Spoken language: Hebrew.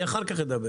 אני אחר כך אדבר.